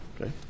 Okay